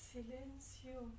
Silencio